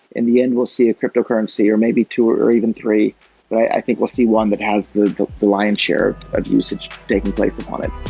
in the end we'll see a cryptocurrency, or maybe two, or or even three, but i think we'll see one that has the the lion's share of a usage taking place upon it